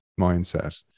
mindset